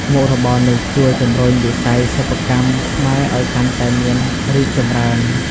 មុខរបរនេះជួយជំរុញវិស័យសិប្បកម្មខ្មែរឲ្យកាន់តែមានរីកចម្រើន។